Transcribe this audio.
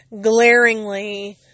glaringly